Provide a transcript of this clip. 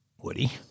Woody